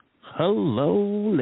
Hello